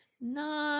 No